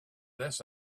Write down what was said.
this